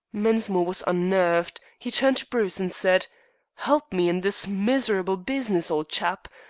mensmore was unnerved. he turned to bruce, and said help me in this miserable business, old chap.